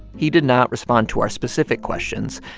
he did not respond to our specific questions,